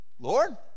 Lord